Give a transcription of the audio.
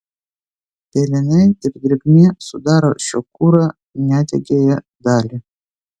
pelenai ir drėgmė sudaro šio kuro nedegiąją dalį